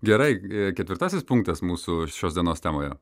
gerai ketvirtasis punktas mūsų šios dienos temoje